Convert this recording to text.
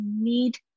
need